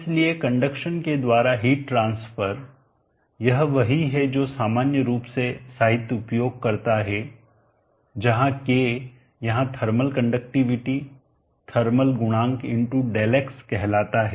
इसलिए कंडक्शन के द्वारा हिट ट्रांसफर यह वही है जो सामान्य रूप से साहित्य उपयोग करता है जहां k यहां थर्मल कंडक्टिविटी थर्मल गुणांक Δx कहलाता हैं